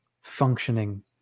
functioning